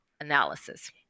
analysis